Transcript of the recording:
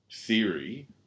theory